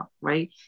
right